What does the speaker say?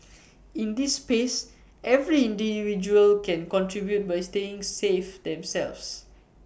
in this space every individual can contribute by staying safe themselves